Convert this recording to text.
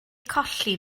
colli